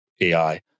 AI